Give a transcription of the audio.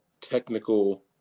technical